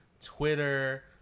Twitter